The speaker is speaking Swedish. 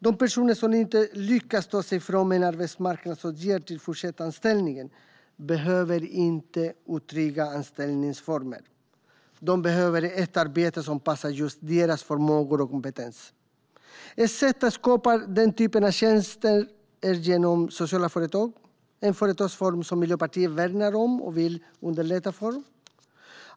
De personer som inte lyckas ta sig från en arbetsmarknadsåtgärd till fortsatt anställning behöver inte otrygga anställningsformer. De behöver ett arbete som passar just deras förmågor och kompetens. Ett sätt att skapa den typen av tjänster är genom sociala företag - en företagsform som Miljöpartiet värnar och vill underlätta för.